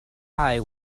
eye